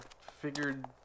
figured